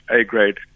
A-grade